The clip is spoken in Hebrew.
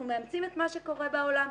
אנחנו מאמצים את מה שקורה בעולם.